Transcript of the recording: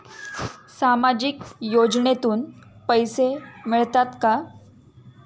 सामाजिक योजनेतून पैसे मिळतात का?